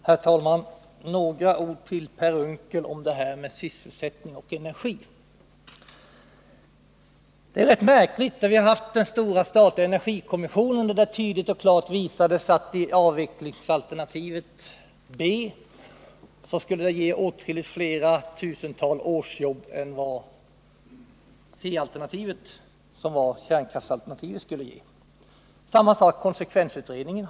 Herr talman! Några ord till Per Unckel om sambandet mellan sysselsättning och energi. Den stora energikommissionen visade, märkligt nog, tydligt och klart att B-alternativet, som avsåg avveckling av kärnkraften, skulle ge åtskilligt flera årsjobb än vad C-alternativet, som var kärnkraftsalternativet, skulle ge. Motsvarande förhållande gäller för konsekvensutredningen.